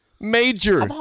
major